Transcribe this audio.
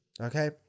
Okay